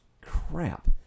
crap